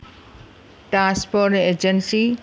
transport agency